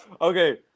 Okay